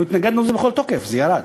אנחנו התנגדנו לזה בכל תוקף, זה ירד.